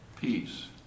peace